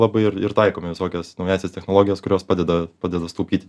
labai ir ir taikom į visokias naująsias technologijas kurios padeda padeda sutaupyti